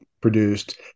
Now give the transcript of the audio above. produced